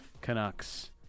Canucks